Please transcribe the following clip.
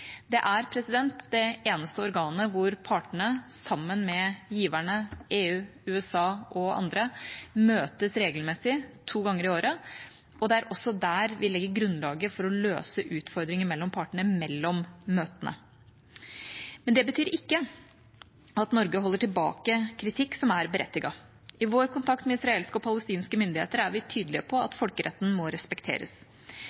Det er det eneste organet hvor partene, sammen med giverne, EU, USA og andre, møtes regelmessig, to ganger i året. Det er også der vi legger grunnlaget for å løse utfordringer mellom partene mellom møtene. Det betyr ikke at Norge holder tilbake kritikk som er berettiget. I vår kontakt med israelske og palestinske myndigheter er vi tydelige på